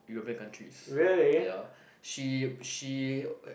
European countries ya she she